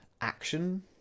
action